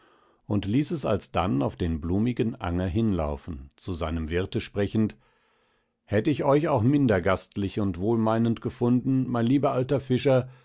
und ließ es alsdann auf den blumigen anger hinlaufen zu seinem wirte sprechend hätt ich euch auch minder gastlich und wohlmeinend gefunden mein lieber alter fischer